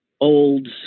old